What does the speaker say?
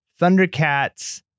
Thundercats